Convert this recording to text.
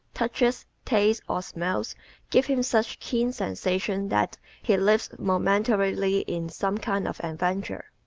touches, tastes or smells gives him such keen sensations that he lives momentarily in some kind of adventure.